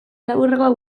laburragoak